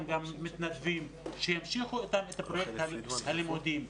מתנדבים שימשיכו איתם את תוכניות הלימודים.